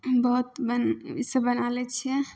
बहुत ईसब बना लै छिए